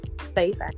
space